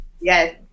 Yes